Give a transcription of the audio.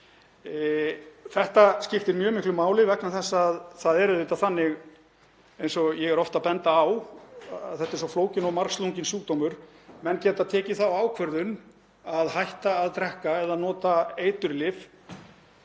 Þetta skiptir mjög miklu máli vegna þess, eins og ég er oft að benda á, að þetta er svo flókinn og margslunginn sjúkdómur. Menn geta tekið þá ákvörðun að hætta að drekka eða nota eiturlyf